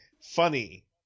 funny